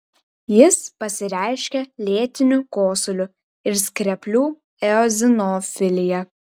jis pasireiškia lėtiniu kosuliu ir skreplių eozinofilija